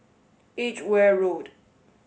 Edgware Road